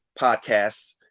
podcasts